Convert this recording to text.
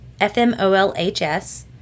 FMOLHS